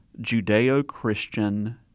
Judeo-Christian